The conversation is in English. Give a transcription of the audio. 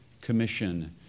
Commission